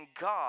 God